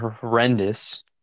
horrendous